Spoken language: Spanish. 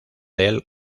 del